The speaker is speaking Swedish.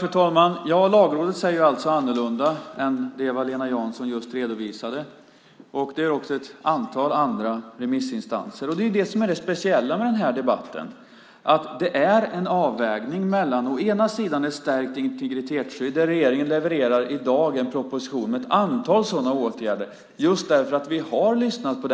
Fru talman! Lagrådet säger alltså något annat än det som Eva-Lena Jansson just redovisade. Det gör också ett antal andra remissinstanser. Det speciella med den här debatten är att det är en avvägning. Dels handlar det om att ha ett stärkt integritetsskydd där regeringen i dag levererar en proposition med ett antal åtgärder just för att vi har lyssnat på